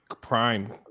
Prime